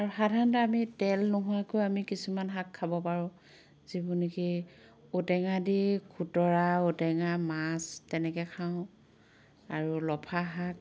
আৰু সাধাৰণতে আমি তেল নোহোৱাকৈ আমি কিছুমান শাক খাব পাৰোঁ যিবোৰ নিকি ঔটেঙা দি খুটৰা ঔটেঙা মাছ তেনেকে খাওঁ আৰু লফা শাক